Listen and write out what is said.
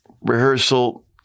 rehearsal